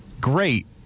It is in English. Great